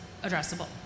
addressable